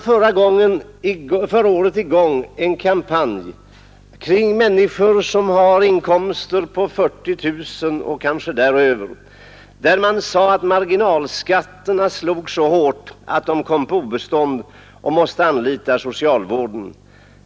Förra året startades en kampanj kring människor som hade inkomster på 40 000 kronor och däröver. Därvid framhölls att marginalskatterna slog så hårt att dessa människor kom på obestånd och måste anlita socialvården.